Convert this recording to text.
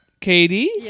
Katie